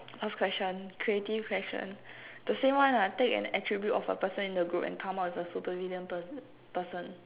last question creative question the same one lah take an attribute of a person in the group and come up with a super villain person person